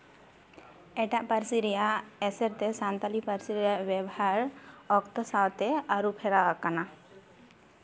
ᱮᱴᱟᱜ ᱯᱟᱹᱨᱥᱤ ᱨᱮᱭᱟᱜ ᱮᱥᱮᱨ ᱛᱮ ᱥᱟᱱᱛᱟᱲᱤ ᱯᱟᱹᱨᱥᱤ ᱨᱮᱭᱟᱜ ᱵᱮᱵᱷᱟᱨ ᱚᱠᱛᱚ ᱥᱟᱶᱛᱮ ᱟᱹᱨᱩ ᱯᱷᱮᱨᱟᱣ ᱟᱠᱟᱱᱟ